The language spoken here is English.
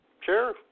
Sure